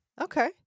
okay